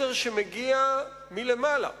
מסר שמגיע מלמעלה.